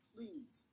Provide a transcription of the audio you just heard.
Please